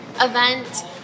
event